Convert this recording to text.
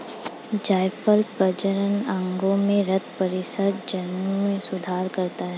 जायफल प्रजनन अंगों में रक्त परिसंचरण में सुधार करता है